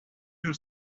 your